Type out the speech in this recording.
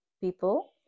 people